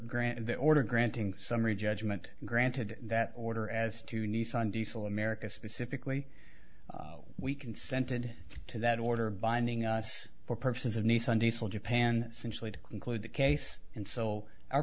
granting the order granting summary judgment granted that order as to nissan diesel america specifically we consented to that order binding us for purposes of nissan diesel japan simply to conclude the case and so our